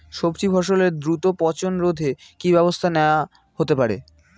সবজি ফসলের দ্রুত পচন রোধে কি ব্যবস্থা নেয়া হতে পারে?